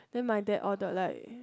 then my dad ordered like